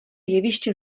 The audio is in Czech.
jeviště